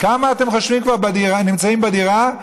כמה אתם חושבים כבר נמצאים בדירה?